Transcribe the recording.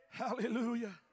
hallelujah